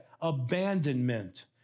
abandonment